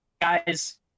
Guys